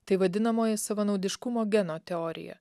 tai vadinamoji savanaudiškumo geno teorija